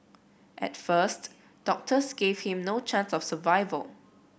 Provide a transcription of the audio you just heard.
at first doctors gave him no chance of survival